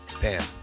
Bam